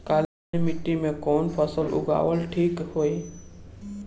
काली मिट्टी में कवन फसल उगावल ठीक होई?